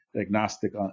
agnostic